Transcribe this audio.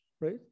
right